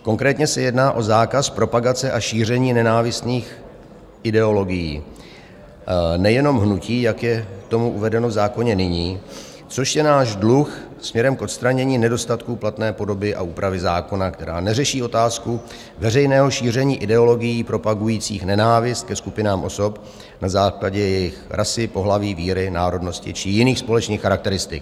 Konkrétně se jedná o zákaz propagace a šíření nenávistných ideologií, nejenom hnutí, jak je tomu uvedeno v zákoně nyní, což je náš dluh směrem k odstranění nedostatků platné podoby a úpravy zákona, která neřeší otázku veřejného šíření ideologií propagujících nenávist ke skupinám osob na základě jejich rasy, pohlaví, víry, národnosti či jiných společných charakteristik.